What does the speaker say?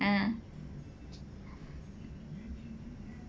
ah